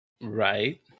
Right